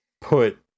put